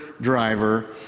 driver